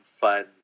fun